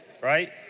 right